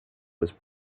was